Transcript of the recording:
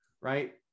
right